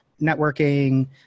networking